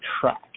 track